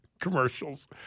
Commercials